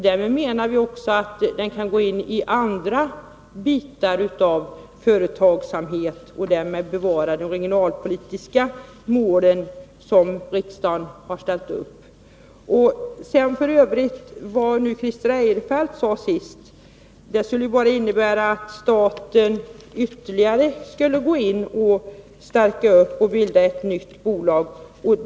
Därmed menar vi också att den kan gå in på andra delar av företagsamheten och därigenom försöka leva upp till de regionalpolitiska mål som riksdagen har fastställt. Vad Christer Eirefelt sade nu senast skulle innebära att staten ytterligare skulle engagera sig och bilda ett nytt bolag.